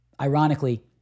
Ironically